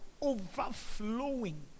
overflowing